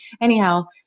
anyhow